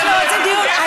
אנחנו רוצים דיון.